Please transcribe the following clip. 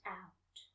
out